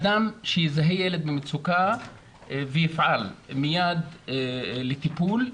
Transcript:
אדם שיזהה ילד במצוקה ויפעל מיד לטיפול,